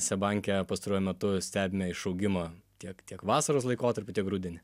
seb banke pastaruoju metu stebime išaugimą tiek tiek vasaros laikotarpiu tiek rudenį